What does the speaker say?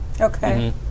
Okay